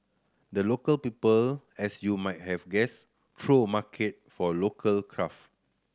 the Local People as you might have guessed throw market for local craft